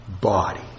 body